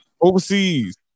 overseas